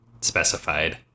specified